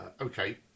okay